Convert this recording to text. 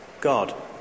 God